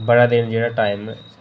बड़ा दिन जेह्ड़ा टाईम